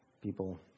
people